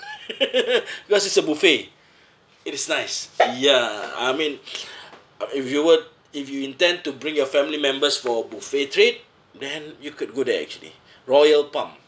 because it's a buffet it is nice ya I mean uh if you were if you intend to bring your family members for a buffet treat then you could go there actually royal palm